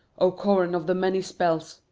o coran of the many spells,